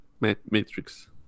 Matrix